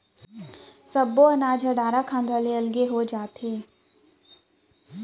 सब्बो अनाज ह डारा खांधा ले अलगे हो जाथे